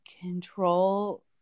control